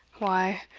why,